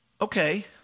Okay